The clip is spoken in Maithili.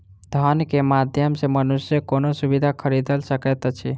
धन के माध्यम सॅ मनुष्य कोनो सुविधा खरीदल सकैत अछि